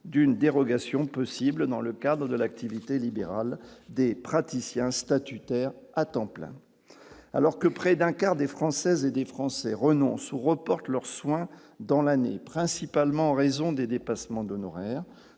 d'une dérogation possible dans le cadre de l'activité libérale des praticiens statutaires à temps plein, alors que près d'un quart des Françaises et des Français renoncent ou reportent leurs soins dans l'année, principalement en raison des dépassements d'honoraires,